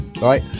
right